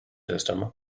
system